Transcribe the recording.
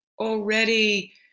already